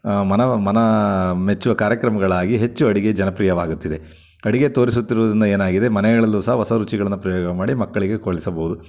ಮನ ಮನ ಮೆಚ್ಚುವ ಕಾರ್ಯಕ್ರಮಗಳಾಗಿ ಹೆಚ್ಚು ಅಡಿಗೆ ಜನಪ್ರಿಯವಾಗುತ್ತಿದೆ ಅಡಿಗೆ ತೋರಿಸುತ್ತಿರುವುದ್ರಿಂದ ಏನಾಗಿದೆ ಮನೆಗಳಲ್ಲೂ ಸಹ ಹೊಸ ರುಚಿಗಳನ್ನು ಪ್ರಯೋಗ ಮಾಡಿ ಮಕ್ಕಳಿಗೆ ಕಲಿಸಬೌದು